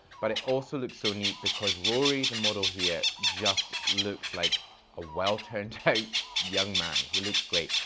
but it also looks so neat because rory, the model here, just looks like a well turned out young man. he looks great.